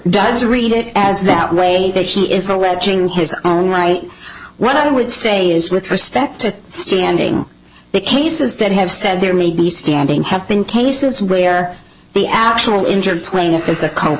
does read it as that way that he is alleging his own right what i would say is with respect to standing the cases that have said there may be standing have been cases where the actual injured plain